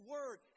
Word